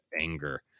anger